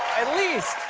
at least.